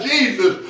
Jesus